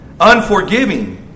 unforgiving